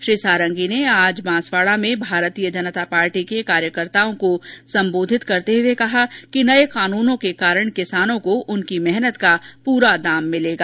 श्री सारंग ने आज बांसवाडा में भारतीय जनता पार्टी के कार्यकर्ताओं को संबोधित करते हुए कहा कि नए कानूनों के कारण किसानों को उनकी मेहनत का पूरा दाम मिलेगा